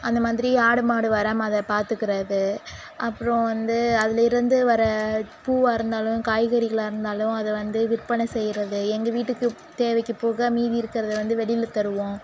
அந்த மாதிரி ஆடு மாடு வராமல் அதை பார்த்துக்குறது அப்புறம் வந்து அதுலேருந்து வர பூவாக இருந்தாலும் காய்கறிகளாக இருந்தாலும் அதை வந்து விற்பனை செய்கிறது எங்கள் வீட்டுக்கு தேவைக்கி போக மீதி இருக்கிறத வந்து வெளியில் தருவோம்